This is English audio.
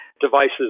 devices